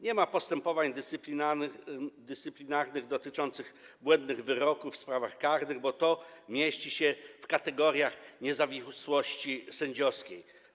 Nie ma postępowań dyscyplinarnych dotyczących błędnych wyroków w sprawach karnych, bo to mieści się w kategoriach niezawisłości sędziowskiej.